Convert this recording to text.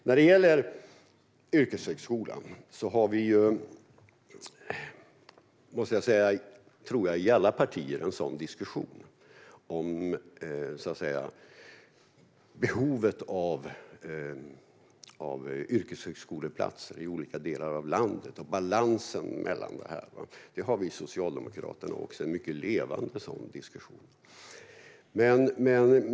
När det gäller yrkeshögskolan förs det nog i alla partier en diskussion om behovet av yrkeshögskoleplatser i olika delar av landet och behovet av en balans mellan dessa. Vi socialdemokrater har en mycket levande sådan diskussion.